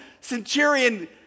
centurion